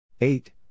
Eight